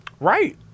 right